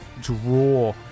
draw